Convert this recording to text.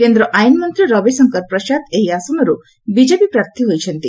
କେନ୍ଦ୍ର ଆଇନମନ୍ତ୍ରୀ ରବିଶଙ୍କର ପ୍ରସାଦ ଏହି ଆସନରୁ ବିଜେପି ପ୍ରାର୍ଥୀ ହୋଇଛନ୍ତି